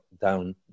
down